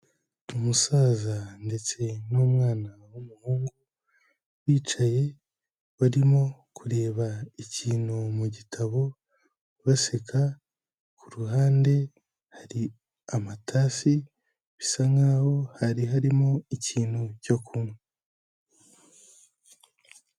Umusaza ndetse numwana w'umuhungu bicaye barimo kureba ikintu mu gitabo baseka kuruhande hari amatasi bisa nkaho hari harimo ikintu cyo kunywa.